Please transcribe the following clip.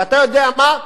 אתה יודע מה,